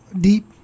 deep